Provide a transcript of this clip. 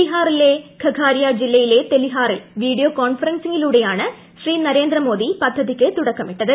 ബിഹാറിലെ ഖഗാരിയ ജില്ലയിലെ തെലിഹാറിൽ വീഡിയോ കോൺഫറൻസിംഗിലൂടെയാണ്ട് നരേന്ദ്രമോദി പദ്ധതിക്ക് തുടക്കമിട്ടത്